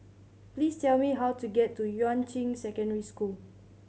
please tell me how to get to Yuan Ching Secondary School